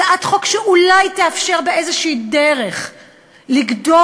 הצעת חוק שאולי תאפשר באיזו דרך לגדור